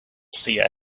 seer